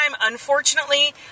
unfortunately